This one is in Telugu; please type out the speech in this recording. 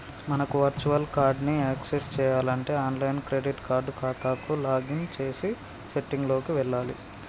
మనకు వర్చువల్ కార్డ్ ని యాక్సెస్ చేయాలంటే ఆన్లైన్ క్రెడిట్ కార్డ్ ఖాతాకు లాగిన్ చేసి సెట్టింగ్ లోకి వెళ్లాలి